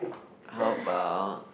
how about